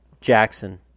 Jackson